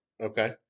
Okay